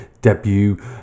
debut